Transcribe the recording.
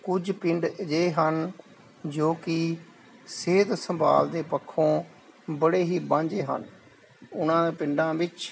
ਕੁਝ ਪਿੰਡ ਅਜਿਹੇ ਹਨ ਜੋ ਕਿ ਸਿਹਤ ਸੰਭਾਲ ਦੇ ਪੱਖੋਂ ਬੜੇ ਹੀ ਵਾਂਝੇ ਹਨ ਉਹਨਾਂ ਪਿੰਡਾਂ ਵਿੱਚ